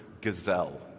gazelle